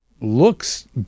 looks